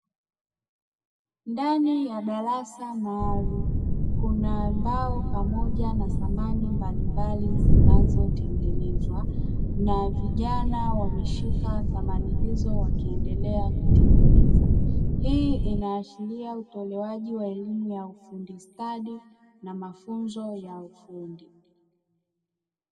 Ndani ya darasa maalumu kuna mbao pamoja na samani mbalimbali zinazotengenezwa, na vijana wameshika samani hizo wakiendelea kutengeneza. Hii inaonyesha utolewaji wa elimu ya ufundi stadi na mafunzo ya ufundi.